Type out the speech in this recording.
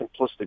simplistic